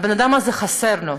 הבן-אדם הזה, חסר לו.